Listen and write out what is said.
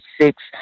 six